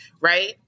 right